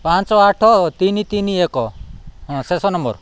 ପାଞ୍ଚ ଆଠ ତିନି ତିନି ଏକ ହଁ ଶେଷ ନମ୍ବର୍